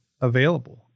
available